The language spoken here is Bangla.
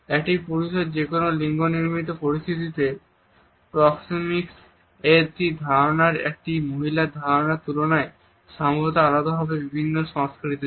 একটি পুরুষের যেকোনো লিঙ্গ মিশ্রিত পরিস্থিতিতে প্রক্সেমিকস এর ধারণাটি একজন মহিলার ধারনার তুলনায় সম্ভবত আলাদা হবে বিভিন্ন সংস্কৃতিতে